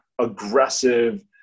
aggressive